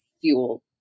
fuel